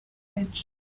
edge